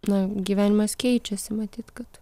na gyvenimas keičiasi matyt kad